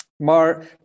Mar